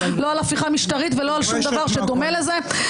לא על הפיכה משטרית ולא על שום דבר שדומה לזה.